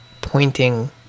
pointing